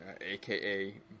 aka